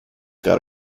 got